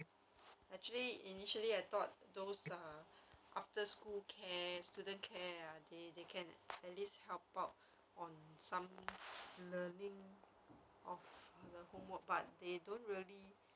actually initially I thought those ah after school care student care ah they they can at least help out on some learning of the homework but they don't really